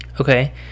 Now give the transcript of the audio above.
okay